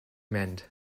mend